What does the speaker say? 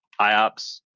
iops